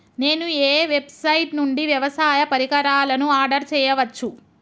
నేను ఏ వెబ్సైట్ నుండి వ్యవసాయ పరికరాలను ఆర్డర్ చేయవచ్చు?